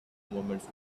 moments